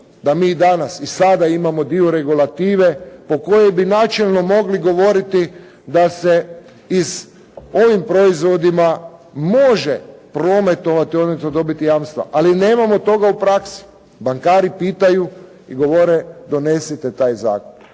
da mi i danas i sada imamo dio regulative po kojoj bi načelno mogli govoriti da se ovim proizvodima može prometovati odnosno dobiti jamstva, ali nemamo toga u praksi. Bankari pitaju i govore donesite taj zakup.